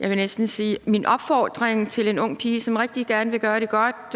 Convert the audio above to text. jeg vil næsten sige opfordring til en ung pige, som er indvandrer, og som rigtig gerne vil gøre det godt,